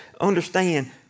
understand